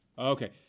Okay